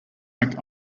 make